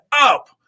up